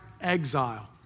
exile